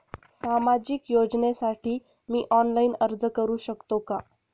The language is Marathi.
सामाजिक योजनेसाठी मी ऑनलाइन अर्ज करू शकतो का?